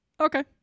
Okay